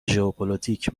ژئوپلیتک